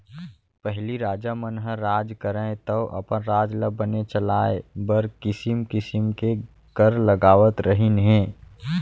पहिली राजा मन ह राज करयँ तौ अपन राज ल बने चलाय बर किसिम किसिम के कर लगावत रहिन हें